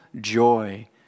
joy